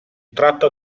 tratta